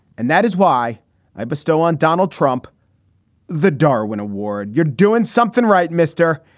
and that is why i bestow on donald trump the darwin award. you're doing something right, mr.